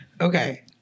Okay